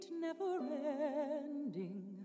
never-ending